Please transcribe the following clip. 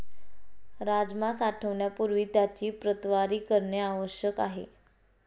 राजमा साठवण्यापूर्वी त्याची प्रतवारी करणे आवश्यक आहे